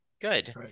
Good